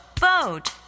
boat